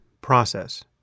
process